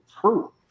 true